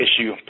issue